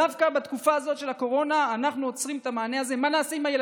דווקא בתקופה הזאת של הקורונה אנחנו עוצרים את המענה הזה?